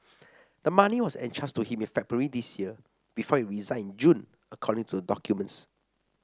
the money was entrusted to him in February this year before he resigned in June according to the documents